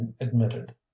admitted